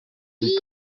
sich